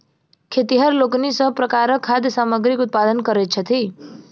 खेतिहर लोकनि सभ प्रकारक खाद्य सामग्रीक उत्पादन करैत छथि